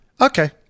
Okay